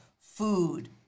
food